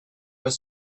were